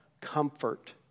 comfort